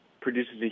Produces